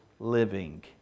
Living